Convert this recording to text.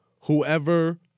whoever